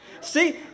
See